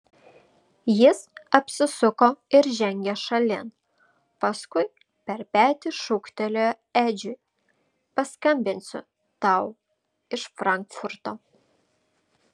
jis apsisuko ir žengė šalin paskui per petį šūktelėjo edžiui paskambinsiu tau iš frankfurto